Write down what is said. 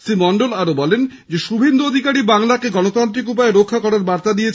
শ্রী মন্ডল আরও বলেন শুভেন্দু অধিকারী বাংলাকে গনতান্ত্রিক উপায়ে রক্ষা করার বার্তা দিয়েছেন